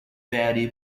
very